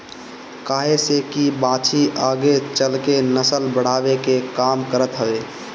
काहे से की बाछी आगे चल के नसल बढ़ावे के काम करत हवे